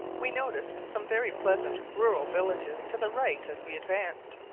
we noticed some very pleasant rural villages to the right as we advanced,